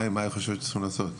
מה היא חושבת שצריכים לעשות?